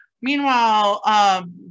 Meanwhile